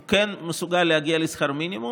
הוא כן מסוגל להגיע לשכר מינימום,